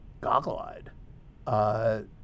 goggle-eyed